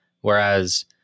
Whereas